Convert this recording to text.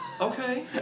Okay